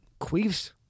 Queefs